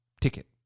ticket